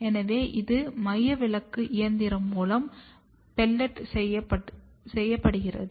எனவே இது மையவிலக்கு இயந்த்திரம் மூலம் பெல்லட் செய்யப்படுகிறது